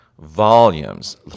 volumes